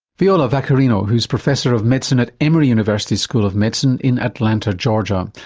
viola vaccarino, who's professor of medicine at emory university school of medicine in atlanta georgia.